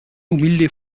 humilde